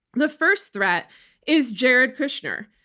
the first threat is jared kushner.